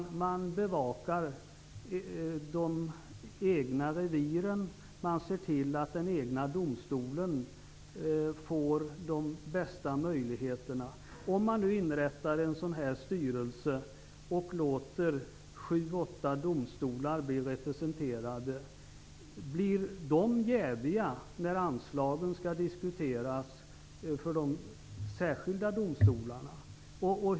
De bevakar de egna reviren och ser till att den egna domstolen får de bästa möjligheterna. Om man nu inrättar en styrelse av detta slag och låter sju åtta domstolar bli representerade, blir de då jäviga när anslagen för de särskilda domstolarna skall diskuteras?